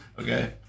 Okay